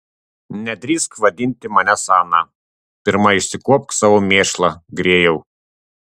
nedrįsk vadinti manęs ana pirma išsikuopk savo mėšlą grėjau